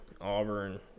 Auburn